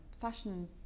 fashion